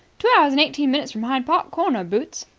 two hours and eighteen minutes from hyde park corner, boots.